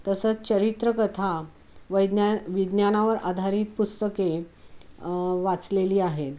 तसंच चरित्रकथा वैज्ञान विज्ञानावर आधारित पुस्तके वाचलेली आहेत